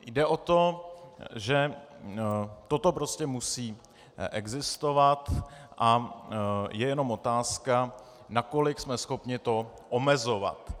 Jde o to, že toto prostě musí existovat, a je jenom otázka, nakolik jsme schopni to omezovat.